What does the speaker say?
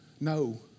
No